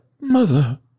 Mother